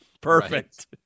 Perfect